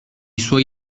suoi